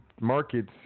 markets